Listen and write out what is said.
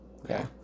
Okay